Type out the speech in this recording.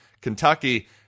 Kentucky